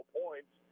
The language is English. points